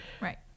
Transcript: right